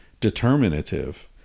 determinative